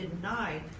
denied